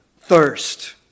thirst